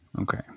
Okay